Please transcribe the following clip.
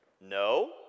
No